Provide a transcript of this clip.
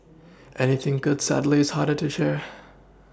anything good sadly is harder to share